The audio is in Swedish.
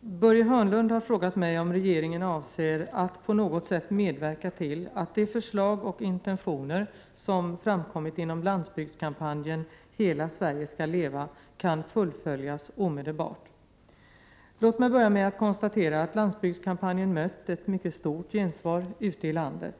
Börje Hörnlund har frågat mig om regeringen avser att på något sätt medverka till att de förslag och intentioner som framkommit inom landsbygdskampanjen ”Hela Sverige skall leva” kan fullföljas omedelbart? Låt mig börja med att konstatera att landsbygdskampanjen mött ett mycket stort gensvar ute i landet.